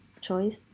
choice